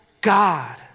God